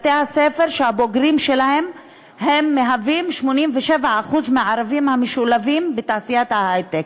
בתי-ספר שהבוגרים שלהם מהווים 87% מהערבים המשולבים בתעשיית ההיי-טק.